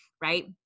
right